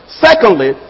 Secondly